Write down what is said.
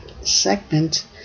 segment